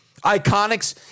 Iconics